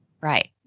right